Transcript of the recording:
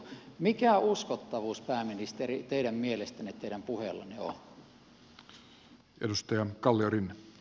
mikä uskottavuus pääministeri teidän mielestänne teidän puheellanne on